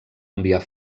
enviar